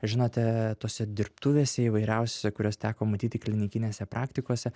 žinote tose dirbtuvėse įvairiausiose kurias teko matyti klinikinėse praktikose